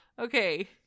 okay